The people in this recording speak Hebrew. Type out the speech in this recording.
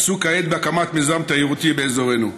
עסוק כעת בהקמת מיזם תיירותי באזורנו.